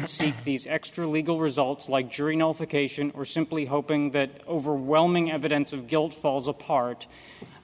see these extralegal results like jury nullification or simply hoping that overwhelming evidence of guilt falls apart